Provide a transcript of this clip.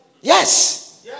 Yes